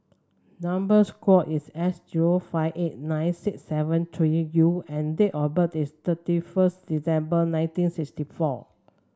number is S zero five eight nine six seven three U and date of birth is thirty first December nineteen sixty four